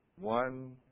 One